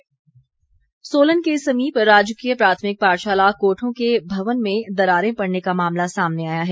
school Solan के समीप राजकीय प्राथमिक पाठशाला कोठों के भवन में दरारें पड़ने का मामला सामने आया है